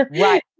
Right